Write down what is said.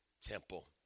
temple